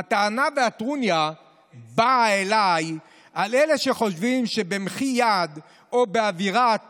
הטענה והטרוניה באה לי על אלה שחושבים שבמחי יד או באווירת